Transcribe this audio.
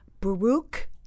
Baruch